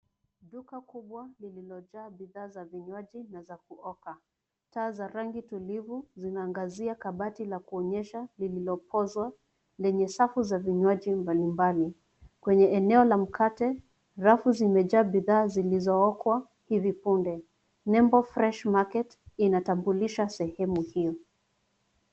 Duka kubwa lililo jaa bidhaa za vinywaji na za kuoka taa za rangi tulivu zinaangazia kabati la kuonyesha lililo pozwa lenye safu za vinywaji mbalimbali. Kwenye eneo la mkate rafu zimejaa bidhaa zilizo okwa hivi punde. Nembo[cs ] fresh market [cs ] inatambulisha sehemu hiyo.